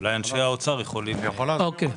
שלום,